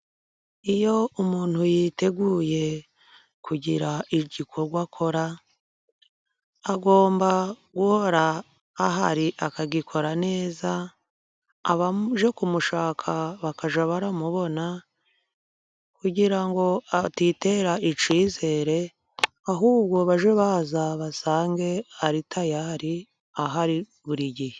Iyo umuntu yiteguye kugira igikorwa akora, agomba guhora ahari akagikora neza abaje kumushaka bakajya bamubona, kugira ngo atitera icyizere , ahubwo bajye baza baza basange ari tayari , ahari buri gihe.